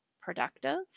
productive